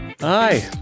Hi